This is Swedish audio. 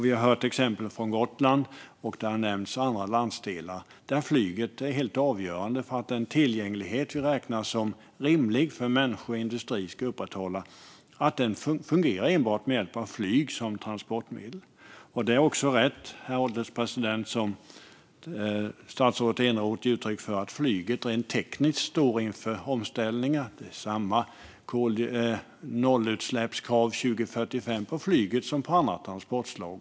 Vi har hört exempel från Gotland - det nämns också andra landsdelar - där flyget är helt avgörande för att den tillgänglighet som vi räknar som rimlig för människor och industri ska upprätthållas. Den fungerar enbart med hjälp av flyg som transportmedel. Herr ålderspresident! Det är också rätt, som statsrådet Eneroth ger uttryck för, att flyget rent tekniskt står inför omställningar. Det är samma nollutsläppskrav 2045 på flyget som på andra transportslag.